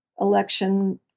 election